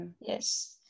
Yes